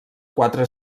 quatre